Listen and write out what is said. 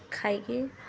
ଖାଇକି